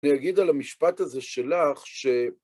אני אגיד על המשפט הזה שלך ש...